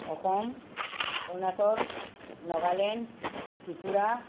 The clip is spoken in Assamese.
অসম অৰুণাচল নাগালেণ্ড ত্ৰিপুৰা